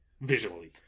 visually